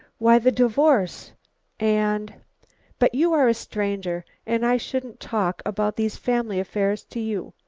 why the divorce and but you are a stranger and i shouldn't talk about these family affairs to you.